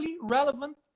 relevant